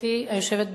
גברתי היושבת בראש,